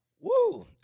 Woo